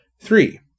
Three